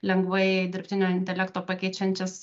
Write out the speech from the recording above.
lengvai dirbtinio intelekto pakeičiančias